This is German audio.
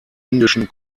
indischen